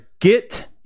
get